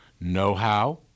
know-how